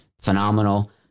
phenomenal